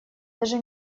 даже